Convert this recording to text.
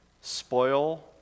spoil